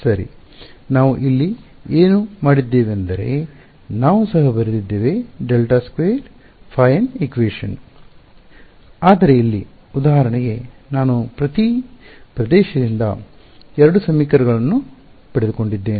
ಸರಿ ನಾವು ಅಲ್ಲಿ ಏನು ಮಾಡಿದ್ದೇವೆಂದರೆ ನಾವು ಸಹ ಬರೆದಿದ್ದೇವೆ ∇2ϕn kn2 ϕ Qn ಆದರೆ ಇಲ್ಲಿ ಉದಾಹರಣೆಗೆ ನಾನು ಪ್ರತಿ ಪ್ರದೇಶದಿಂದ ಎರಡು ಸಮೀಕರಣಗಳನ್ನು ಪಡೆದುಕೊಂಡಿದ್ದೇನೆ